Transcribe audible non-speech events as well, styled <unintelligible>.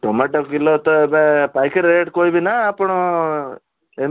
tomato kilo ତ ଏବେ <unintelligible> rate କହିବି ନାଁ ଆପଣ ଏମତି